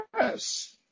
Yes